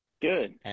Good